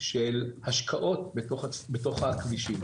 של השקעות בתוך הכבישים.